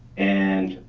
and